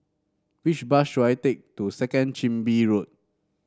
which bus should I take to Second Chin Bee Road